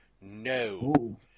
no